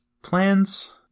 Plans